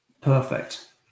Perfect